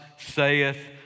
saith